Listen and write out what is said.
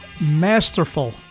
masterful